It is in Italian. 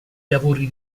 lavori